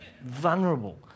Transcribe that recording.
Vulnerable